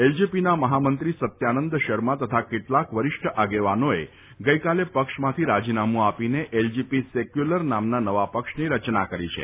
એલજેપીના મફામંત્રી સત્યાનંદ શર્મા તથા કેટલાક વરિષ્ઠ આગેવાનોએ ગઈકાલે પક્ષમાંથી રાજીનામું આપીને એલજેપી સેક્યુલર નામના નવા પક્ષની રચના કરી છે